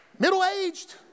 Middle-aged